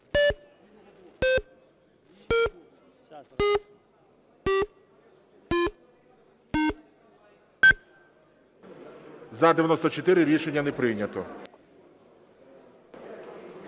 За-88 Рішення не прийнято.